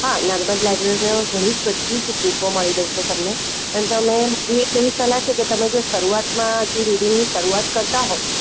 હા નર્મદ લાઇબ્રેરીમાં ઘણી જ બધી જ બૂકો મળી જશે તમને પણ તો મેમ મારી એક એવી સલાહ છેકે તમે જો શરૂઆતમાં જો રીડિંગની શરૂઆત કરતાં હો